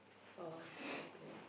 oh okay